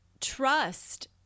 trust